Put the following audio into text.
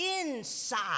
inside